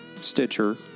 Stitcher